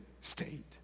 state